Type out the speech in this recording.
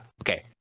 Okay